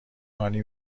هانی